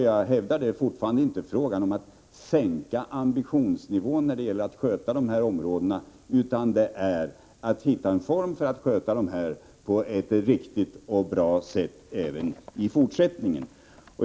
Jag hävdar fortfarande att det inte är fråga om att sänka ambitionsnivån när det gäller att sköta dessa områden, utan det gäller att hitta en form för att klara detta på ett riktigt och bra sätt även i fortsättningen.